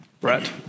Brett